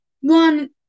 one